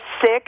sick